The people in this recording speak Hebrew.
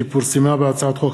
שפורסמה בהצעות חוק,